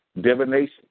divination